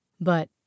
But